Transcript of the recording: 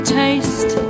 taste